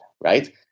right